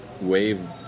wave